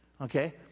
Okay